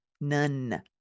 None